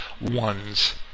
one's